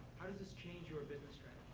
how does this change you ah business